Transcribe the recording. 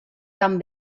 tan